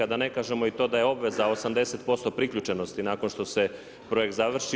Da ne kažemo i to da je obveza 80% priključenosti, nakon što se projekt završi.